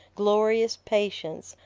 glorious patience,